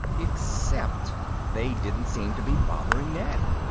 except they didn't seem to be bothering ned.